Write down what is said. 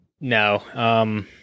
No